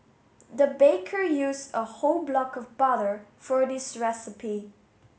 the baker used a whole block of butter for this recipe